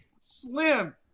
Slim